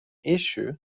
issue